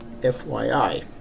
FYI